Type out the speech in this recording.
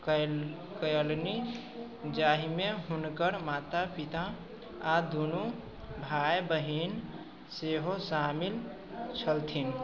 कएल कएलनि जाहिमे हुनकर माता पिता आओर दुनू भाइ बहिन सेहो शामिल छलथिन